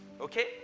okay